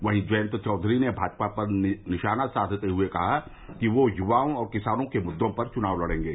वहीं जयंत चौधरी ने भाजपा पर निशाना साधते हए कहा कि वह युवाओं और किसानों के मुद्दों पर चुनाव लड़ेंगे